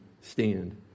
stand